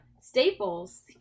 Staple's